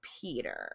peter